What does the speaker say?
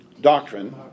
doctrine